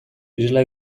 isla